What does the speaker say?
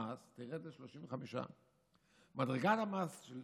מס תרד ל-35%; מדרגת המס של